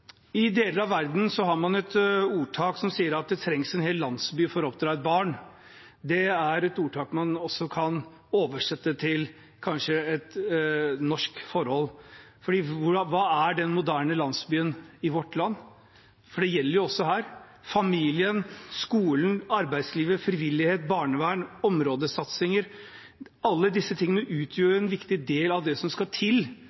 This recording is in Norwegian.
I deler av verden har man et ordtak som sier at det trengs en hel landsby for å oppdra et barn. Det er et ordtak man kanskje kan oversette til norske forhold. Hva er den moderne landsbyen i vårt land, for det gjelder jo også her? Familien, skolen, arbeidslivet, frivillighet, barnevern, områdesatsinger – alle disse tingene utgjør en viktig del av det som skal til